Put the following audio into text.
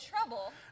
trouble